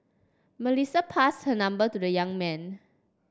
Melissa passed her number to the young man